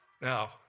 Now